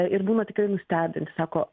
ir būna tikrai nustebinti sako